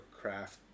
craft